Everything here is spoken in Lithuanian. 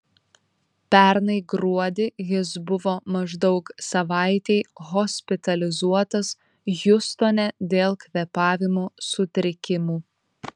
pernai gruodį jis buvo maždaug savaitei hospitalizuotas hjustone dėl kvėpavimo sutrikimų